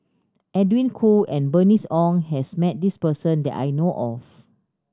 Edwin Koo and Bernice Ong has met this person that I know of